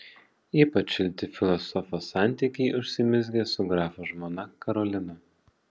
ypač šilti filosofo santykiai užsimezgė su grafo žmona karolina